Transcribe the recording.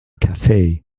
cafe